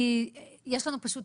יש לנו פשוט